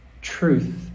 truth